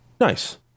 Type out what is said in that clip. nice